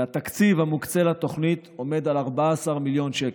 והתקציב המוקצה לתוכנית עומד על 14 מיליון שקל,